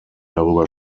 darüber